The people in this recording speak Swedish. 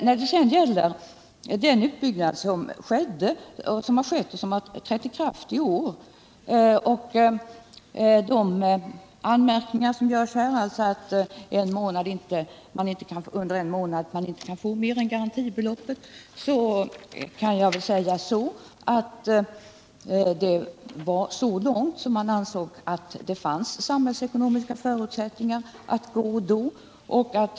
När det sedan gäller den utbyggnad som trätt i kraft i år och de anmärkningar som görs här om att man under en månad inte kan få mer än garantibeloppet, kan jag säga att man här gått så långt som man ansett att det fanns samhällsekonomiska förutsättningar för.